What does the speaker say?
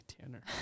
Tanner